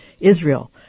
Israel